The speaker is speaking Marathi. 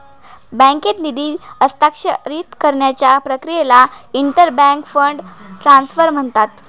बँकेत निधी हस्तांतरित करण्याच्या प्रक्रियेला इंटर बँक फंड ट्रान्सफर म्हणतात